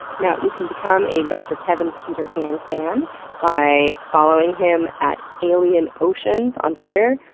now, you can become a dr. kevin peter hand fan by following him at alienoceans on twitter,